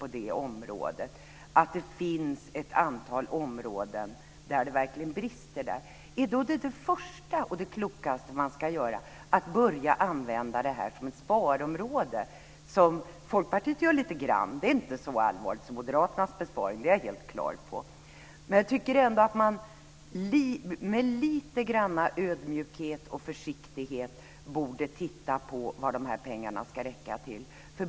Om man ser att det är allvarliga bekymmer på ett område, är då det första och klokaste man ska göra att börja använda det som ett sparområde? Folkpartiet gör lite grann så. Det är inte så allvarligt som Moderaternas besparing. Det är jag helt klar över. Men jag tycker ändå att man med lite grann ödmjukhet och försiktighet borde titta på vad pengarna ska räcka till.